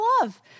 love